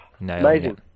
amazing